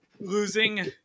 losing